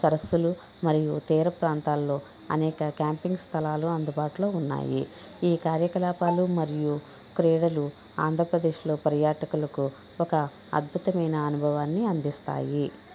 సరస్సులు మరియు తీరప్రాంతాల్లో అనేక క్యాంపింగ్ స్థలాలు అందుబాటులో ఉన్నాయి ఈ కార్యకలాపాలు మరియు క్రీడలు ఆంధ్రప్రదేశ్లో పర్యాటకులకు ఒక అద్భుతమైన అనుభవాన్ని అందిస్తాయి